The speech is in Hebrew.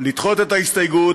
לדחות את ההסתייגות,